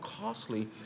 costly